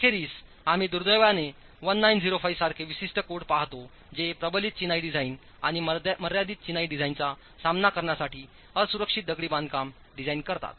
अखेरीस आम्हीदुर्दैवाने 1905 सारखे विशिष्ट कोड पाहतो जे प्रबलित चिनाई डिझाइन आणि मर्यादित चिनाई डिझाइनचा सामना करण्यासाठी असुरक्षित दगडी बांधकाम डिझाइन करतात